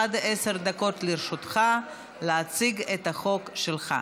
עד עשר דקות לרשותך להציג את החוק שלך.